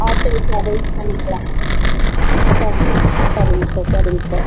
ஆட்டோவுக்கு அரேஞ்ச் பண்ணிக்கலாம் சரிங்க சரிங்க சார் சரிங்க சார்